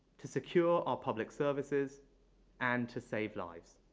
to secure our public services and to save lives.